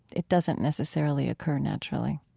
it doesn't necessarily occur naturally